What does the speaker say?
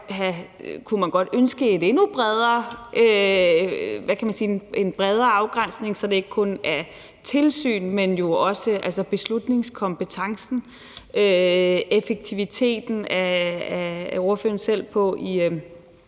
kunne man jo godt ønske en endnu bredere afgrænsning, så det ikke kun er tilsyn, men jo også beslutningskompetencen – effektiviteten kommer ordføreren jo selv ind